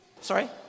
Sorry